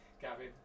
Gavin